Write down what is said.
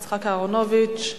יצחק אהרונוביץ,